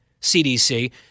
CDC